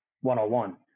one-on-one